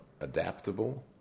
adaptable